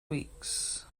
weeks